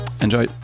enjoy